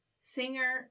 Singer